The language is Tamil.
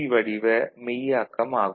வடிவ மெய்யாக்கம் ஆகும்